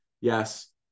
yes